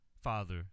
father